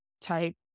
type